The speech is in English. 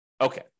Okay